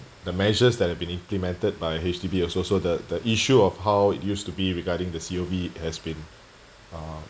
the measures that have been implemented by H_D_B uh so so the the issue of how it used to be regarding the C_O_V has been uh